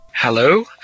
Hello